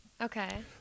Okay